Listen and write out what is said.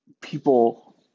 people